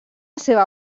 seva